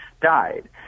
died